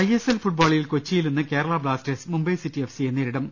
ISL ഫുട്ബോളിൽ കൊച്ചിയിൽ ഇന്ന് കേരള ബ്ലാസ്റ്റേഴ്സ് മുംബൈ സിറ്റി എഫ്സിയെ നേരിടും